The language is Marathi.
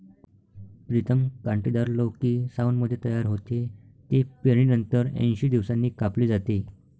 प्रीतम कांटेदार लौकी सावनमध्ये तयार होते, ती पेरणीनंतर ऐंशी दिवसांनी कापली जाते